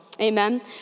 Amen